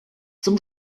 zum